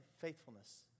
faithfulness